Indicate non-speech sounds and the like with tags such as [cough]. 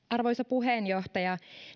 [unintelligible] arvoisa puheenjohtaja